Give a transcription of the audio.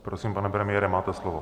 Prosím, pane premiére, máte slovo.